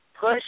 push